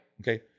Okay